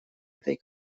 этой